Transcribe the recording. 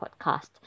podcast